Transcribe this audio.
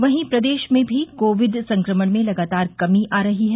वहीं प्रदेश में भी कोविड संक्रमण में लगातार कमी आ रही है